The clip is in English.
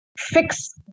fix